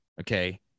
okay